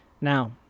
Now